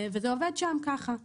וזה עובד שם ככה.